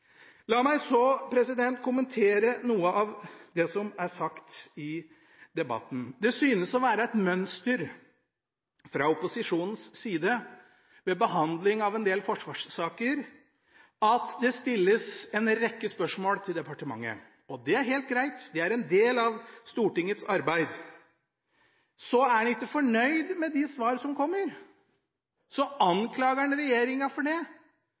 La meg så kommentere noe av det som er sagt i debatten. Det synes å være et mønster fra opposisjonens side ved behandling av en del forsvarssaker, at det stilles en rekke spørsmål til departementet. Det er helt greit, det er en del av Stortingets arbeid. Så er en ikke fornøyd med de svarene som kommer, og så anklager en regjeringen for